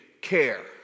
care